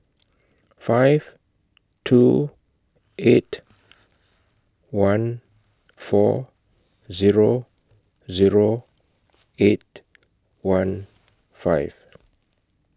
five two eight one four Zero Zero eight one five